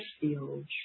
fields